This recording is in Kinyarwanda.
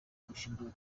gushyirwa